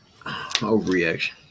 Overreaction